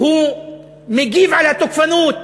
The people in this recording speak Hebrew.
הוא מגיב על התוקפנות.